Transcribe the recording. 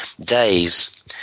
days